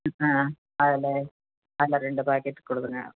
ஆ அதில் அதில் ரெண்டு பாக்கெட் கொடுங்க